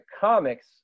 comics